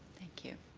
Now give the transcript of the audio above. thank you.